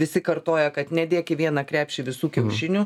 visi kartoja kad nedėk į vieną krepšį visų kiaušinių